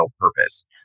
purpose